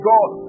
God